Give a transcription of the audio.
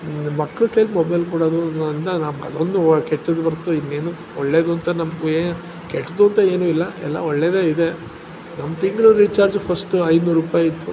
ಮಕ್ಳ ಕೈಯಲ್ಲಿ ಮೊಬೈಲ್ ಕೊಡೋದು ನಮಗದೊಂದು ಕೆಟ್ಟದ್ದು ಹೊರ್ತು ಇನ್ನೇನು ಒಳ್ಳೆಯದು ಅಂತ ನಮಗೆ ಕೆಟ್ಟದ್ದು ಅಂತ ಏನೂ ಇಲ್ಲ ಎಲ್ಲ ಒಳ್ಳೆಯದೇ ಇದೆ ನಮ್ಮ ತಿಂಗಳ ರಿಚಾರ್ಜು ಫಸ್ಟು ಐನೂರು ರೂಪಾಯಿ ಇತ್ತು